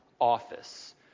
office